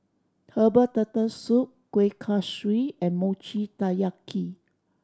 herbal Turtle Soup Kueh Kaswi and Mochi Taiyaki